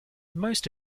most